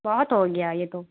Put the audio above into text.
بہت ہو گیا یہ تو